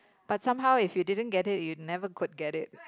but somehow if you didn't get it you never could get it